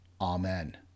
Amen